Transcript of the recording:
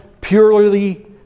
purely